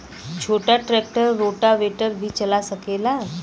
छोटा tractor rotavator भी चला सकेला?